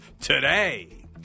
today